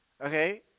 okay